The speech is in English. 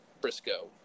Briscoe